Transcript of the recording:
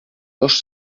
dos